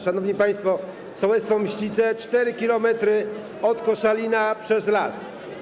Szanowni państwo, sołectwo Mścice, 4 km od Koszalina przez las.